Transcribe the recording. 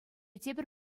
тепӗр